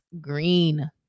Green